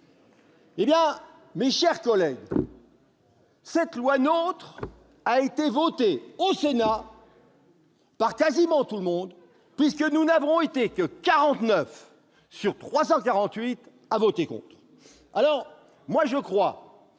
Eh bien, mes chers collègues, cette loi NOTRe a été votée au Sénat par quasiment tout le monde puisque nous n'avons été que 49 sur 348 à voter contre